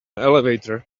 elevator